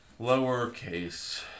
Lowercase